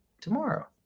tomorrow